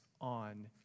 on